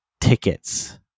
tickets